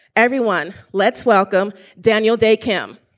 everyone, let's welcome daniel day kim